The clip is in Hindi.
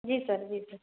जी सर जी सर